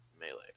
melee